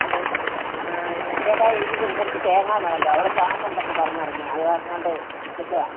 hello ആ ചേട്ടാ എനിക്ക് കുറച്ച് തേങ്ങ വേണല്ലോ അവിടെ ഫാം ഉണ്ടെന്ന് പറഞ്ഞ് അറിഞ്ഞു അത് അറിഞ്ഞോണ്ട് വിളിച്ചതാണ്